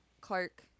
Clark